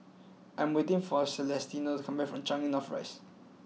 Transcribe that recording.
I am waiting for Celestino to come back from Changi North Rise